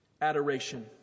Adoration